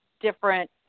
different